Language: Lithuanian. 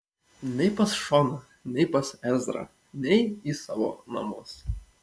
nei pas šoną nei pas ezrą nei į savo namus